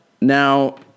now